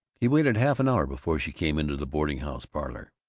he waited half an hour before she came into the boarding-house parlor.